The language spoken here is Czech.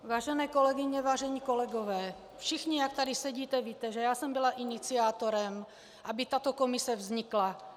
Vážené kolegyně, vážení kolegové, všichni, jak tady sedíte, víte, že jsem byla iniciátorem, aby tato komise vznikla.